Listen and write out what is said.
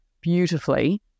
beautifully